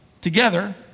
together